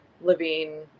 living